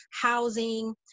housing